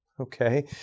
Okay